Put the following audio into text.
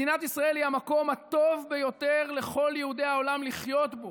מדינת ישראל היא המקום הטוב ביותר לכל יהודי העולם לחיות בו,